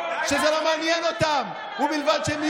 די לפלג,